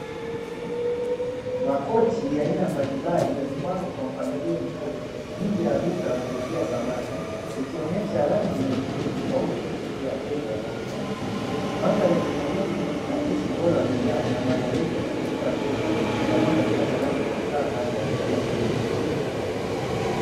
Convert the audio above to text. Makochi ya aina mbalimbali yamepangwa kwa mpangilio mzuri nje ya duka la kuuzia samani ikionesha rangi na mitindo tofauti ya kuvutia wateja wanaopita njia. Mandhari ya duka hili inaakisi ubora wa bidhaaa na maandalizi ya kuhudumia wateja wanaotafta samani za kisasa na zitazadumu.